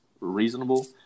reasonable